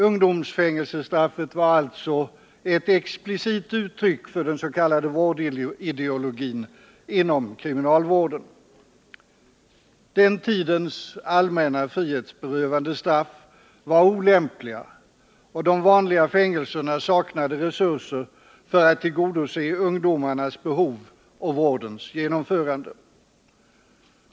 Ungdomsfängelsestraffet var alltså ett explicit uttryck för den s.k. vårdideologin inom kriminalvården. Den tidens allmänna frihetsberövande straff var olämpliga, och de vanliga fängelserna saknade resurser för att tillgodose ungdomarnas behov och vårdens genomförande.